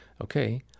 okay